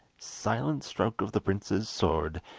silent stroke of the prince's sword,